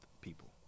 people